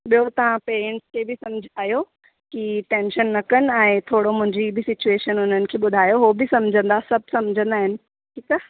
ॿियो तव्हां पेरेंट्स खे बि सम्झायो की टेंशन न कनि ऐं थोरो मुंहिंजी बि सिचुएशन उन्हनि खे ॿुधायो हू बि सम्झंदा सभु सम्झंदा आहिनि ठीकु आहे